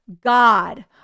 God